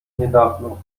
niedawno